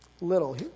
little